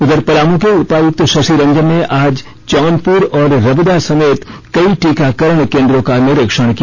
उधर पलामू के उपायुक्त शशि रंजन ने आज चौनपुर और रबदा समेत कई टीकाकरण केंद्रों का निरीक्षण किया